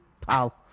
pal